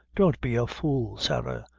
don't be a fool, sarah,